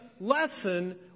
lesson